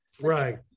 Right